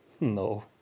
No